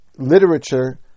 Literature